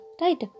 Right